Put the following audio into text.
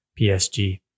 PSG